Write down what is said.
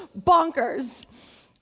bonkers